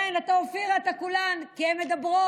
כן, אתה אופירה, אתה כולן, כי הן מדברות.